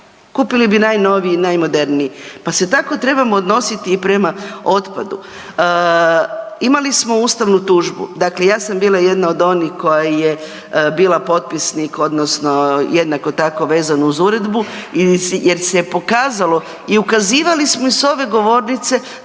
kupili bi najnoviji i najmoderniji, pa se tako trebamo odnositi i prema otpadu. Imali smo ustanu tužbu, dakle ja sam bila jedna od onih koja je bila potpisnik odnosno jednako tako vezano uz uredbu jer se je pokazalo i ukazivalo smo i s ove govornice